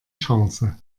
chance